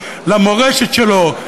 למורשת שלו,